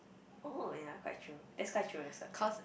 oh yea quite true that's quite true that's quite true